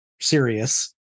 serious